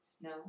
No